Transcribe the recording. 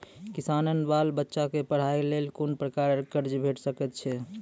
किसानक बाल बच्चाक पढ़वाक लेल कून प्रकारक कर्ज भेट सकैत अछि?